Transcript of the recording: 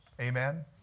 Amen